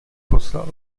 poslal